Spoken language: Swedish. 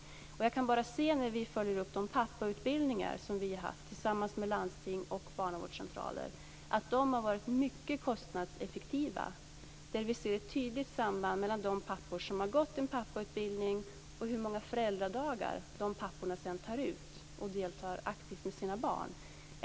De uppföljningar som vi har gjort av de pappautbildningar som har anordnats av landsting och barnavårdscentraler har visat att de är mycket kostnadseffektiva. Vi ser ett tydligt samband mellan de pappor som har gått en pappautbildning och antalet föräldraledighetsdagar som dessa pappor sedan tar ut för att delta aktivt med sina barn.